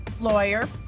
lawyer